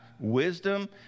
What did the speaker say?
Wisdom